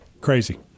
crazy